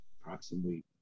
approximately